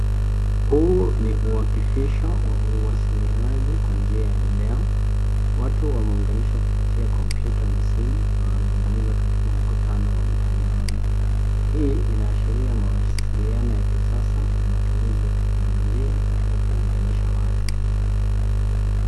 Huu ni uwakifisho wa siyani kwa njia ya video. Watu wameuanganishwa kupitia kompyuta na simu na wanazungumza katika mkutano wa mitandaoni. Hii inaashiraia mawasiliano ya kisasa na matumizi ya teknologia katika kuunganisha watu.